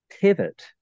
pivot